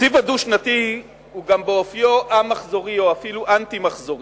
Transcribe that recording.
התקציב הדו-שנתי הוא גם באופיו א-מחזורי או אפילו אנטי-מחזורי,